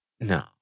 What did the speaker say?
No